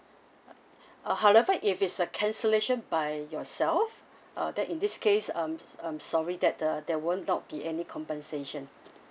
uh however if it's a cancellation by yourself uh that in this case um sorry that the there will not be any compensation